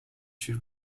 she